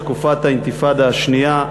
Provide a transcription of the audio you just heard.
בתקופת האינתיפאדה השנייה,